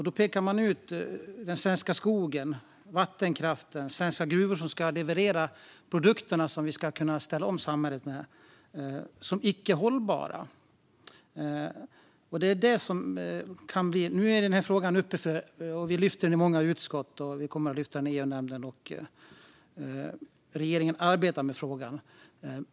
Där pekar man ut den svenska skogen, vattenkraften och de svenska gruvorna, som ska leverera de produkter som vi ska ställa om samhället med, som icke hållbara. Nu är denna fråga uppe - vi lyfter den i många utskott och kommer att lyfta den i EU-nämnden, och regeringen arbetar med frågan.